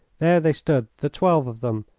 there they stood, the twelve of them,